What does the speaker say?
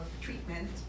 treatment